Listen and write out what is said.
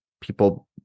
people